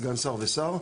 סגן שר ושר,